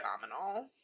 phenomenal